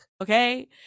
okay